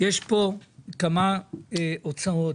יש פה כמה הוצאות,